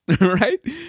Right